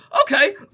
okay